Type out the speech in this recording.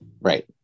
Right